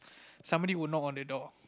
somebody would knock on the door